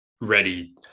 ready